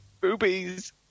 Boobies